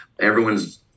everyone's